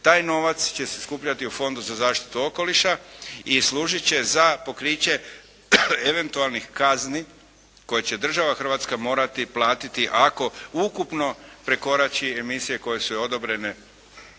Taj novac će se skupljati u Fondu za zaštitu okoliša i služit će za pokriće eventualnih kazni koje će država Hrvatska morati platiti ako ukupno prekorači emisije koje su joj odobrene